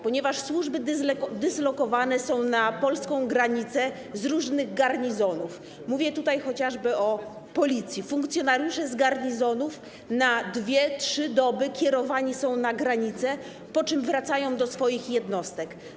Ponieważ służby dyslokowane są na polską granicę z różnych garnizonów, mówię tutaj chociażby o Policji, funkcjonariusze z garnizonów na dwie, trzy doby kierowani są na granicę, po czym wracają do swoich jednostek.